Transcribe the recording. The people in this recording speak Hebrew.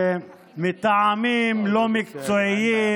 מטעמים לא מקצועיים,